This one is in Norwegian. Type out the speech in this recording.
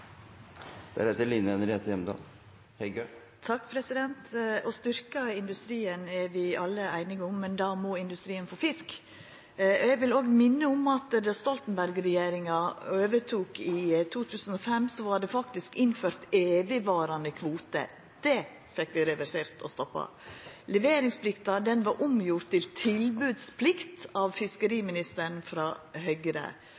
det opp. Tiden er ute! Ingrid Heggø – til oppfølgingsspørsmål. Å styrkja industrien er vi alle einige om, men då må industrien få fisk. Eg vil òg minna om at då Stoltenberg-regjeringa overtok i 2005, var det faktisk innført evigvarande kvotar. Det fekk vi reversert og stoppa. Leveringsplikta var omgjord til tilbodsplikt av fiskeriministeren frå Høgre.